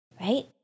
right